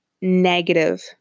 negative